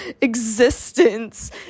existence